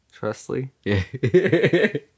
Trustly